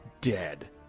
dead